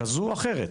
כזו, או אחרת,